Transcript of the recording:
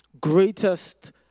greatest